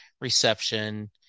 reception